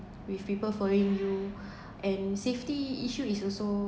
with people following you and safety issue is also